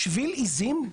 שביל עיזים.